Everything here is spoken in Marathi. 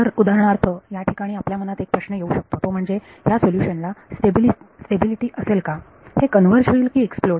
तर उदाहरणार्थ या ठिकाणी आपल्या मनात एक प्रश्न येऊ शकतो तो म्हणजे ह्या सोल्युशन ला स्टॅबिलिटी असेल का हे कन्वर्ज होईल की एक्सप्लोड